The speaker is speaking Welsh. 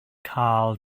cael